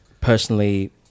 personally